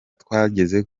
twageze